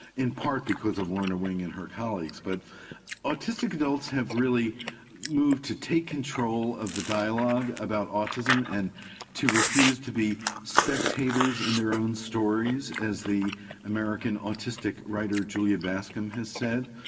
in part because of lorna wing and her colleagues. but autistic adults have really moved to take control of the dialogue about autism and to refuse to be spectators in their own stories, as the american autistic writer julia bascom has said.